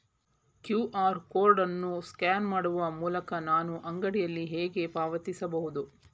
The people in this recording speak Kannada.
ಕ್ಯೂ.ಆರ್ ಕೋಡ್ ಅನ್ನು ಸ್ಕ್ಯಾನ್ ಮಾಡುವ ಮೂಲಕ ನಾನು ಅಂಗಡಿಯಲ್ಲಿ ಹೇಗೆ ಪಾವತಿಸಬಹುದು?